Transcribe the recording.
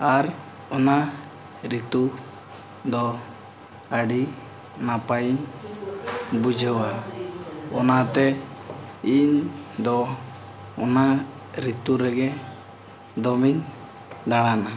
ᱟᱨ ᱚᱱᱟ ᱨᱤᱛᱩ ᱫᱚ ᱟᱹᱰᱤ ᱱᱟᱯᱟᱭᱤᱧ ᱵᱩᱡᱷᱟᱹᱣᱟ ᱚᱱᱟᱛᱮ ᱤᱧᱫᱚ ᱚᱱᱟ ᱨᱤᱛᱩ ᱨᱮᱜᱮ ᱫᱚᱢᱮᱧ ᱫᱟᱬᱟᱱᱟ